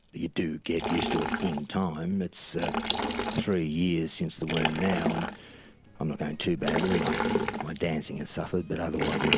you do get used to it in time. it's ah three years since the wound now and i'm not going too badly. my dancing has suffered but otherwise i'm ah